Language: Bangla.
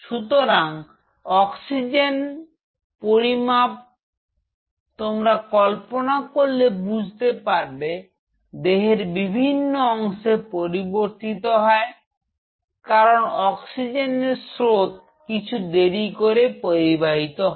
সুতরাং অক্সিজেনের পরিমাণ তোমরা কল্পনা করলে বুঝতে পারবে দেহের বিভিন্ন অংশে পরিবর্তিত হয় কারণ অক্সিজেনের স্রোত কিছু দেরি করে পরিবাহিত হয়